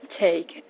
take